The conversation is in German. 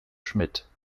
schmidt